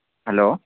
hello